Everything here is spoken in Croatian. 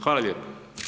Hvala lijepo.